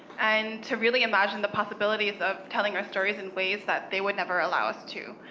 and to really imagine the possibilities of telling our stories in ways that they would never allow us to,